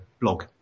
blog